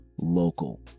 Local